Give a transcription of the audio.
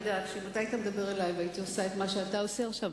אתה יודע שאם אתה היית מדבר אלי ואני הייתי עושה את מה שאתה עושה עכשיו,